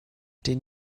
den